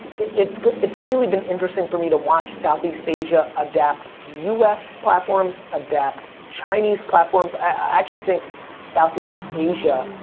it's it's really been interesting for me to watch southeast asia adapt, us platforms adapt, chinese platforms, i actually think southeast asia,